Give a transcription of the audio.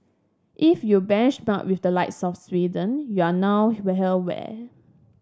if you benchmark with the likes of Sweden we're now